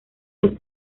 los